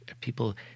people